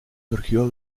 surgió